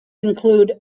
include